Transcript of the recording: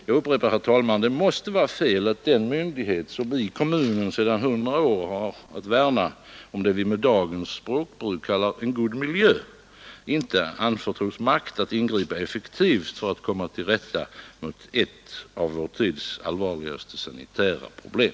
Jag upprepar, herr talman: Det måste vara fel att en myndighet som i kommunen sedan 100 år har att värna om det vi med dagens språkbruk kallar en god miljö, inte anförtros makt att ingripa effektivt för att komma till rätta med ett av vår tids allvarligaste sanitära problem.